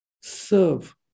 serve